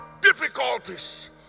difficulties